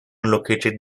located